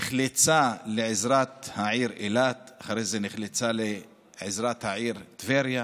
נחלצה לעזרת העיר אילת ואחרי זה נחלצה לעזרת העיר טבריה,